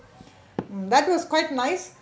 mm that was quite nice